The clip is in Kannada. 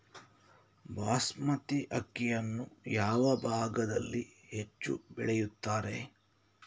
ಬಾಸ್ಮತಿ ಅಕ್ಕಿಯನ್ನು ಯಾವ ಭಾಗದಲ್ಲಿ ಹೆಚ್ಚು ಬೆಳೆಯುತ್ತಾರೆ?